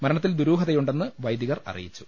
മരണത്തിൽ ദുരൂഹതയുണ്ടെന്ന് വൈദികർ അറിയിച്ചു